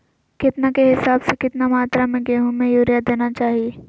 केतना के हिसाब से, कितना मात्रा में गेहूं में यूरिया देना चाही?